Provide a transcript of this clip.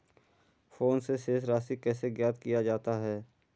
Phone से शेष राशि कैसे ज्ञात किया जाता है?